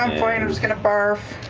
i'm fine, i'm just going to barf.